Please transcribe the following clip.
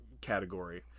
category